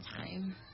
time